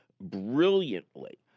brilliantly